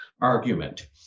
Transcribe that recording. argument